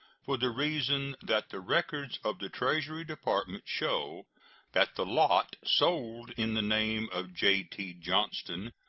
for the reason that the records of the treasury department show that the lot sold in the name of j t. johnston,